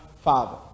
father